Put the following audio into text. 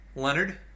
Leonard